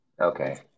Okay